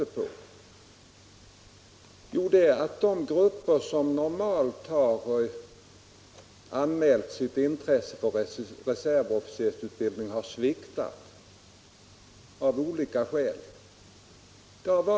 Och vad kan det bero på? Jo, orsaken är att intresset hos de grupper som tidigare sökte sig till reservofficersutbildningen av olika skäl har mattats av.